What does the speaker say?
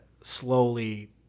slowly